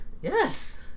Yes